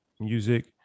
music